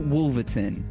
Wolverton